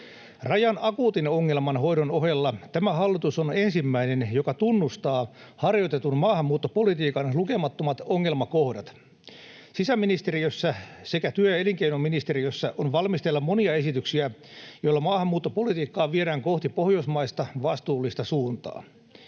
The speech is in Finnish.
Rajan akuutin ongelman hoidon ohella tämä hallitus on ensimmäinen, joka tunnustaa harjoitetun maahanmuuttopolitiikan lukemattomat ongelmakohdat. Sisäministeriössä sekä työ- ja elinkeinoministeriössä on valmisteilla monia esityksiä, joilla maahanmuuttopolitiikkaa viedään kohti pohjoismaista vastuullista suuntaa.